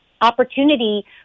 opportunity